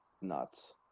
Nuts